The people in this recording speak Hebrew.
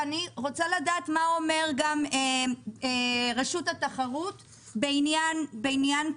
אני רוצה לדעת גם מה אומרת רשות התחרות על ההליך